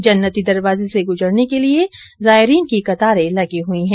जन्नती दरवाजे से गुजरने के लिये जायरीन की कतारे लगी हुई है